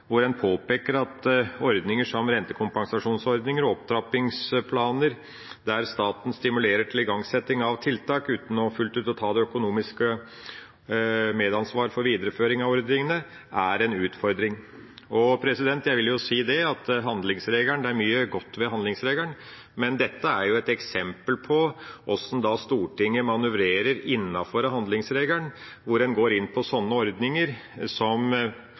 hvor en påpeker at ordninger som rentekompensasjonsordninger og opptrappingsplaner der staten stimulerer til igangsetting av tiltak uten fullt ut å ta det økonomiske medansvar for videreføring av ordningene, er en utfordring. Jeg vil si at det er mye godt ved handlingsregelen, men dette er et eksempel på hvordan Stortinget manøvrerer innenfor handlingsregelen, hvor en går inn på sånne ordninger som